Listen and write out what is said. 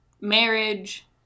marriage